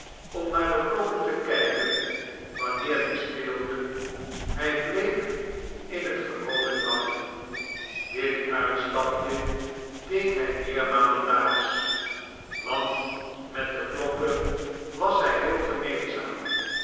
am naair de klokken te kijken wanneer die speelden hij bleef in het gewone drafje dit uitstapje deed hij meermalen daags want met de klokken was hij heel gemeenzaam